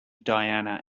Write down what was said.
diana